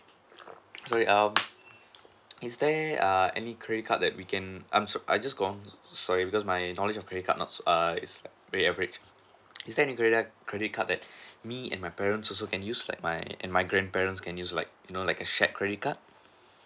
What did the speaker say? sorry um is there err any credit card that we can I'm so I just conf~ sorry because my knowledge of credit card not err is very average is there any credit card credit card that me and my parents also can use like my and my grandparents can use like you know like a shared credit card